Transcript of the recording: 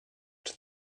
czy